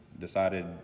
decided